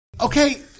Okay